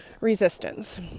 resistance